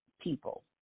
people